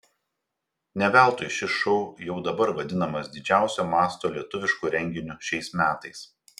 ne veltui šis šou jau dabar vadinamas didžiausio masto lietuvišku renginiu šiais metais